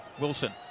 Wilson